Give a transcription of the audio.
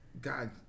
God